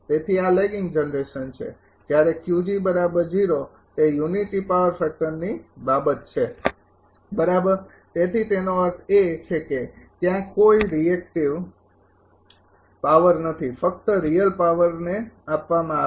તેથી આ lagging generation છે જ્યારે તે યુનિટી પાવર ફેક્ટરની બાબત છે બરાબર તેથી તેનો અર્થ એ છે કે ત્યાં કોઈ રિએક્ટિવ પાવર નથી ફક્ત રિયલ પાવરને આપવામાં આવે છે